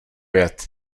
jet